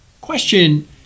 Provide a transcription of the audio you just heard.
question